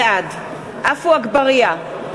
בעד עפו אגבאריה,